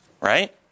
right